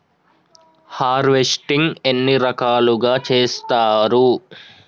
Harvesting ఎన్ని రకాలుగా చేస్తరు?